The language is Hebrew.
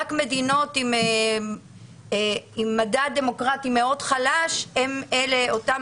רק מדינות עם מדד דמוקרטי מאוד חלש הן אותן